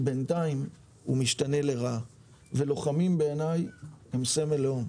כי בינתיים הוא משתנה לרעה ולוחמים בעיני הם סמל לאום.